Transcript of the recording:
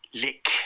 lick